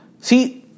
See